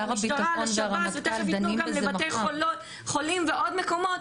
המשטרה והשב"ס ותיכף ייתנו גם לבתי חולים ועוד מקומות,